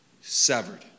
Severed